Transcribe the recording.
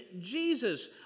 Jesus